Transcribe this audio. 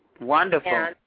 wonderful